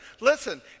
listen